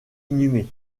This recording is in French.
inhumés